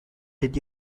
did